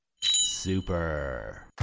Super